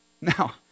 Now